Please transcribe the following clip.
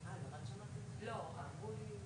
אדוני תנסה